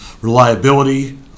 reliability